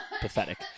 Pathetic